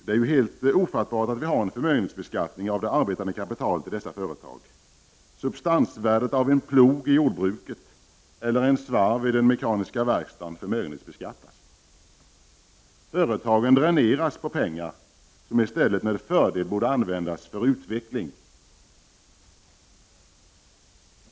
Det är helt ofattbart att vi har en förmögenhetsbeskattning av det arbetande kapitalet i små och medelstora företag. Substansvärdet av en plogi jordbruket eller en svarv i den mekaniska verkstaden förmögenhetsbeskattas! Företagen dräneras på pengar, som i stället med fördel kunde användas för utveckling.